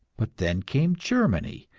but then came germany,